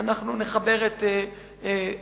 אנחנו נחבר את כולן.